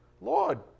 lord